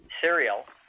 cereal